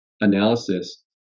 analysis